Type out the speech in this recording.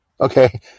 Okay